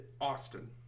Austin